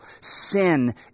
Sin